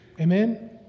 Amen